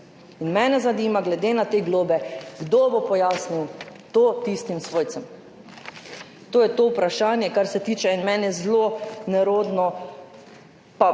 In mene zanima glede na te globe, kdo bo pojasnil to tistim svojcem. To je to vprašanje, kar se tiče. In meni je zelo nerodno, da je